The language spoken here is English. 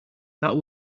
that